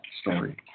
story